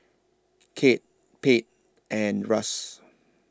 Kate Pate and Russ